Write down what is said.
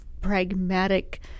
pragmatic